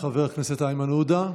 חבר הכנסת איימן עודה,